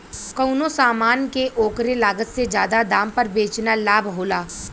कउनो समान के ओकरे लागत से जादा दाम पर बेचना लाभ होला